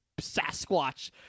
Sasquatch